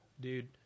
Dude